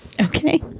Okay